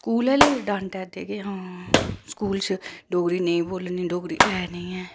स्कूला आहले डांटा रदे के हां स्कूल च डोगरी नेईं बोलनी डोगरी ऐ नी ऐ